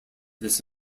this